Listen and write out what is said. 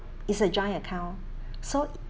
it's a joint account so